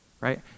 right